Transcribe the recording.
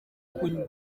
kunywa